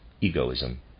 egoism